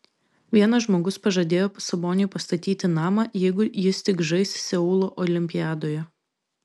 vienas žmogus pažadėjo saboniui pastatyti namą jeigu jis tik žais seulo olimpiadoje